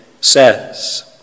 says